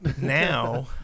Now